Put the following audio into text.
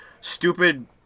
stupid